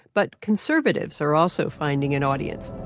but conservatives are also finding an audience.